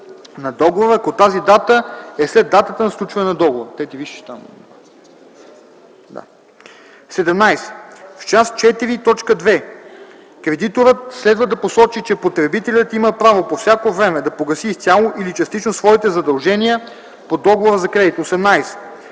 17. В част ІV, т. 2 кредиторът следва да посочи, че потребителят има право по всяко време да погаси изцяло или частично своите задължения по договора за кредит.